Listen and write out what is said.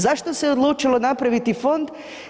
Zašto se odlučilo napraviti fond?